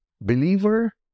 Believer